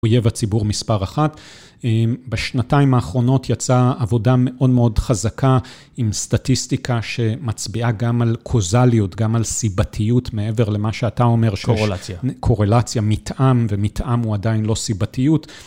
אויב הציבור מספר אחת. בשנתיים האחרונות יצאה עבודה מאוד מאוד חזקה עם סטטיסטיקה שמצביעה גם על קוזליות, גם על סיבתיות מעבר למה שאתה אומר שיש... קורלציה. קורלציה, מתאם, ומתאם הוא עדיין לא סיבתיות.